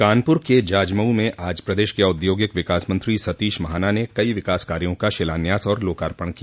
कानपुर के जाजमऊ में आज प्रदेश के औद्योगिक विकास मंत्री सतीश महाना ने कई विकास कार्यों का शिलान्यास और लोकार्पण किया